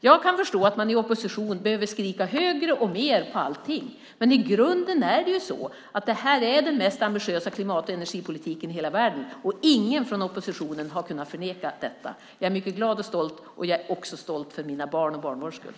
Jag kan förstå att man i opposition behöver skrika högre och mer om allting, men i grunden är det ju så att det här är den mest ambitiösa klimat och energipolitiken i hela världen, och ingen från oppositionen har kunnat förneka detta. Jag är mycket glad och stolt. Jag är också stolt för mina barns och barnbarns skull.